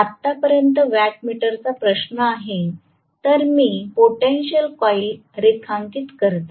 आतापर्यंत वॅट मीटरचा प्रश्न आहे तर मी पोटेन्शिअल कॉइल रेखांकित करते